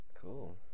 cool